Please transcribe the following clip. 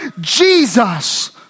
Jesus